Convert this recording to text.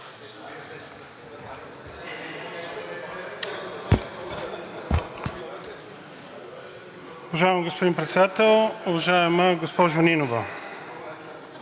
Уважаеми господин Председател! Уважаема госпожо Нинова, мисля, че когато се опитваш да помогнеш на жертва от агресор